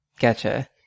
Gotcha